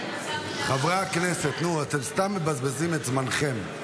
חברי הכנסת, נו, אתם סתם מבזבזים את זמנכם.